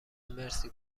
مرسی